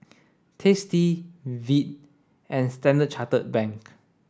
Tasty Veet and Standard Chartered Bank